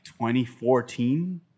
2014